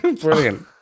Brilliant